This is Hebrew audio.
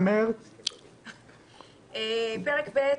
פרק ב':